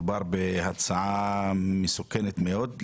מדובר בהצעה מסוכנת מאוד.